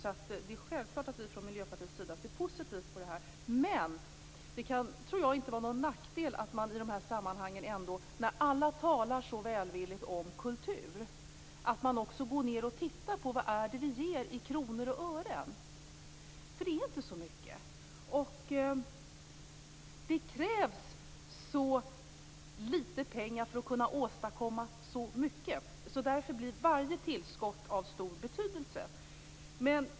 Det är självklart att vi från Miljöpartiet ser positivt på de satsningarna. Men det kan inte vara något nackdel att man i de här sammanhangen, när alla talar så välvilligt mot kultur, också tittar på vad det är vi ger i kronor och ören. Det är inte så mycket. Det krävs så litet pengar för att åstadkomma så mycket. Därför blir varje tillskott av stor betydelse.